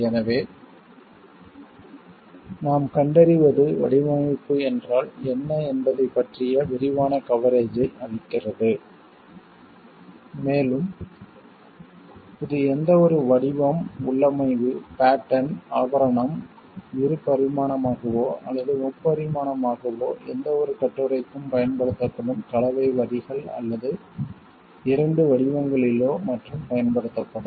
எனவே நாம் கண்டறிவது வடிவமைப்பு என்றால் என்ன என்பதைப் பற்றிய விரிவான கவரேஜை அளிக்கிறது மேலும் இது எந்தவொரு வடிவம் உள்ளமைவு பேட்டர்ன் ஆபரணம் இரு பரிமாணமாகவோ அல்லது முப்பரிமாணமாகவோ எந்தவொரு கட்டுரைக்கும் பயன்படுத்தப்படும் கலவை வரிகள் அல்லது இரண்டு வடிவங்களிலோ மற்றும் பயன்படுத்தப்படும்